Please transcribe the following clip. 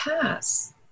pass